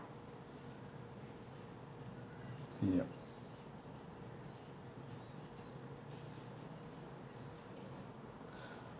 yup